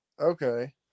Okay